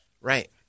Right